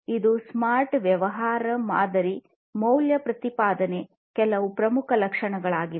ಇವು ಸ್ಮಾರ್ಟ್ ವ್ಯವಹಾರ ಮಾದರಿ ಮೌಲ್ಯ ಪ್ರತಿಪಾದನೆಯ ಕೆಲವು ಪ್ರಮುಖ ಲಕ್ಷಣಗಳಾಗಿವೆ